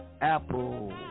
Apple